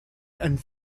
and